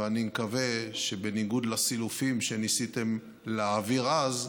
ואני מקווה שבניגוד לסילופים שניסיתם להעביר אז,